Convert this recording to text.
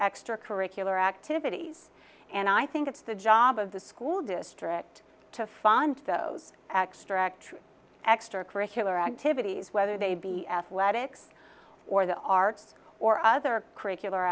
extracurricular activities and i think it's the job of the school district to fund those extracts extracurricular activities whether they be athletics or the arts or other curricular